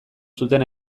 zuten